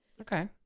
Okay